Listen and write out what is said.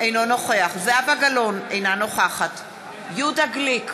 אינו נוכח זהבה גלאון, אינה נוכחת יהודה גליק,